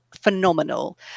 phenomenal